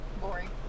boring